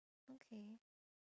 okay